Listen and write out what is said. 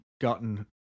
gotten